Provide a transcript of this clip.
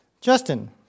Justin